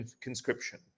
conscription